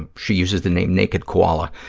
ah she uses the name naked koala.